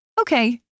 Okay